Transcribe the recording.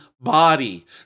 body